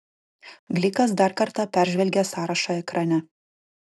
glikas dar kartą peržvelgė sąrašą ekrane